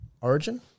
Origin